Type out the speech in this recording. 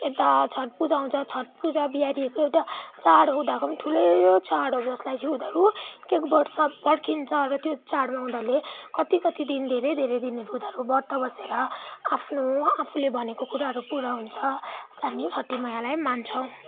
यता छठ पूजा हुन्छ छठ पूजा बिहारीहरूको एउटा चाड हो उनीहरूको पनि ठुलै चाड हो जसलाई चाहिँ उनीहरू एक वर्ष पर्खिन्छ र त्यो चाडमा उनीहरूले कति कति दिन धेरै धेरै दिनहरू उनीहरू बर्त बसेर आफ्नो आफूले भनेको कुराहरू पुरा हुन्छ र त्यो हामीले छठी मैयालाई मान्छौँ